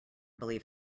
believe